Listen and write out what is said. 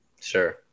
sure